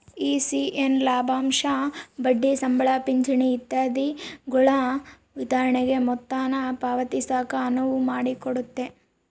ECS ಲಾಭಾಂಶ ಬಡ್ಡಿ ಸಂಬಳ ಪಿಂಚಣಿ ಇತ್ಯಾದಿಗುಳ ವಿತರಣೆಗೆ ಮೊತ್ತಾನ ಪಾವತಿಸಾಕ ಅನುವು ಮಾಡಿಕೊಡ್ತತೆ